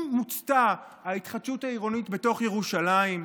מוצתה ההתחדשות העירונית בתוך ירושלים?